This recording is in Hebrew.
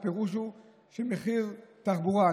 הפירוש הוא שמחיר התחבורה,